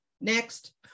next